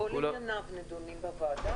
כל ענייניו נדונים בוועדה,